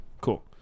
Cool